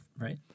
right